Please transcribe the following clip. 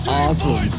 awesome